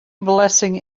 blessing